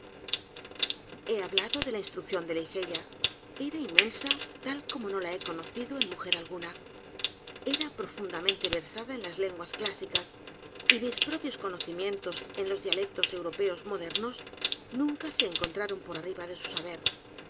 he hablado d é l a instrucción de ligeia era inmensa tal como no la he conocido en mujer alguna e r a p r o fundamente versada en las lenguas clásicas y mis p r o pios conocimientos en los dialectos europeos modernos nunca se encontraron por arriba de su saber